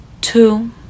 two